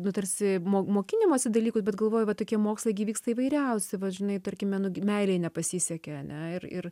nu tarsi mokinimosi dalykus bet galvoju va tokie mokslai gi vyksta įvairiausi va žinai tarkime nu gi meilėj nepasisekė ane ir ir